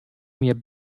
mir